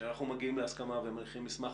כשאנחנו מגיעים להסכמה ומניחים מסמך,